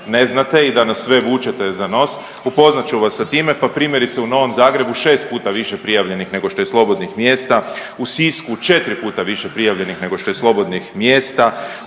ne znate i da nas sve vučete za nos upoznat ću vas sa time, pa primjerice u Novom Zagrebu je 6 puta više prijavljenih nego što je slobodnih mjesta, u Sisku 4 puta više prijavljenih nego što je slobodnih mjesta,